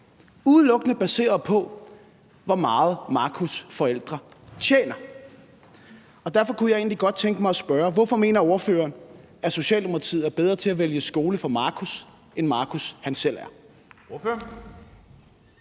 udelukkende baseret på, hvor meget Marcus' forældre tjener. Derfor kunne jeg egentlig godt tænke mig at spørge: Hvorfor mener ordføreren, at Socialdemokratiet er bedre til at vælge skole for Marcus, end Marcus selv er?